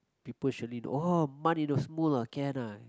people surely know ah Mun in your Smule ah can ah